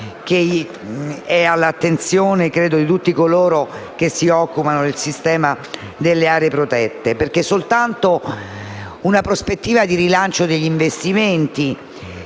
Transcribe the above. temi all'attenzione di tutti coloro che si occupano del sistema delle aree protette. Infatti soltanto una prospettiva di rilancio degli investimenti